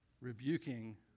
rebuking